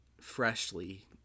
freshly